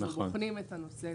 אנחנו בוחנים את הנושא.